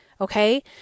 Okay